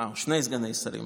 הוא שני סגני שרים.